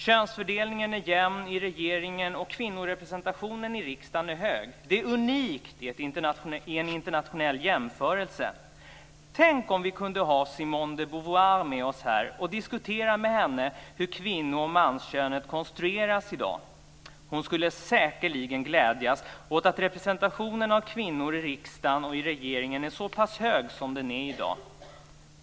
Könsfördelningen är jämn i regeringen, och kvinnorepresentationen i riksdagen är hög. Det är unikt vid en internationell jämförelse. Tänk om vi kunde ha Simone de Beauvoir med oss här och diskutera med henne hur kvinno och manskönet konstrueras i dag. Hon skulle säkerligen glädjas åt att representationen av kvinnor i riksdagen och regeringen är så pass hög som den är i dag.